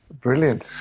Brilliant